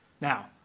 Now